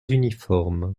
uniforme